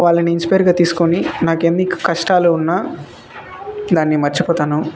వాళ్లని ఇన్స్పయిరీగా తీసుకుని నాకు ఎన్ని కష్టాలు ఉన్నా దానిని మర్చిపోతాను